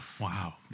Wow